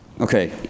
Okay